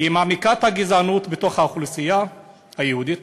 היא מעמיקה את הגזענות בתוך האוכלוסייה היהודית.